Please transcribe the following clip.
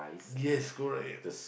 yes correct